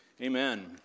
Amen